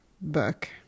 book